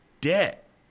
debt